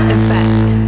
Effect